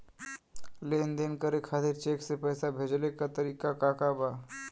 लेन देन करे खातिर चेंक से पैसा भेजेले क तरीकाका बा?